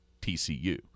TCU